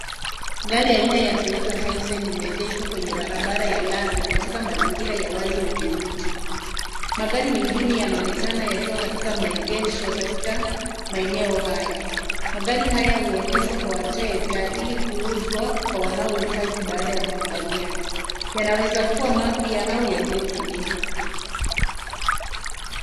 Gari ya aina ya [Toyota Haisel ]imeegeshwa kwenye barabara ya lami katika mazingira ya wazi wenye miti ,magari mengine yanaonekana yakiwa katika maegesho katika maeneo haya, magari haya huonyeshwa kwa wateja ili kuuzwa kwa wanaohitaji baada ya makubaliano ,yanaweza kuwa mapya au yaliyotumika.